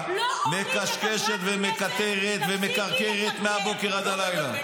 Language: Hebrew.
מקשקשת ומקטרת ומקרקרת מהבוקר עד הלילה.